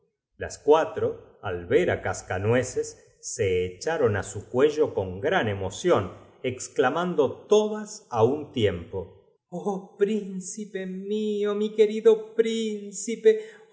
las cuatro al ver á cascanueces se echaron a su cuello con gran emoción exclamando todas a un tiempo oh pl'incipo mio mi querido prlnmonumentos